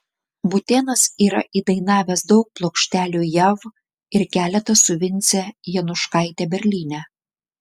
būtėnas yra įdainavęs daug plokštelių jav ir keletą su vince januškaite berlyne